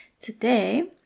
today